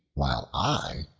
while i,